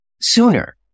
sooner